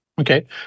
Okay